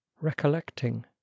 Recollecting